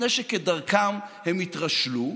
מפני שכדרכם הם התרשלו,